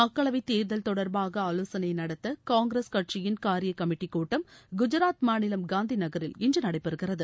மக்களவைத் தேர்தல் தொடர்பாக ஆலோசனை நடத்த காங்கிரஸ் கட்சியின் காரிய கமிட்டிக்கூட்டம் குஜராத் மாநிலம் காந்தி நகரில் இன்று நடைபெறுகிறது